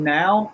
now